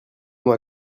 moi